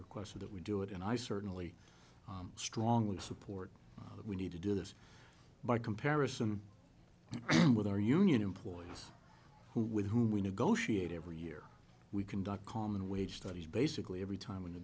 requested that we do it and i certainly strongly support that we need to do this by comparison with our union employees who with whom we negotiate every year we conduct common wage studies basically every time w